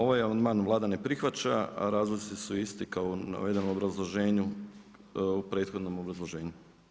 Ovaj amandman Vlada ne prihvaća a razlozi su isti kao u navedenom obrazloženju, u prethodnom obrazloženju.